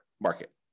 market